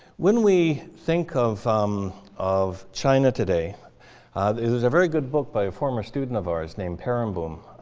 when we think of um of china today there's a very good book by a former student of ours named peerenboom.